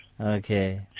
okay